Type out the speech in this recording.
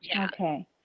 okay